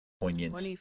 poignant